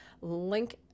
link